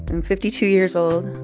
i'm fifty two years old.